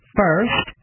first